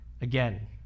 again